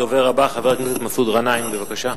הדובר הבא, חבר הכנסת מסעוד גנאים, בבקשה.